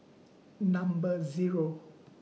Number Zero